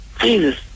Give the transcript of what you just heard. Jesus